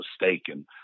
mistaken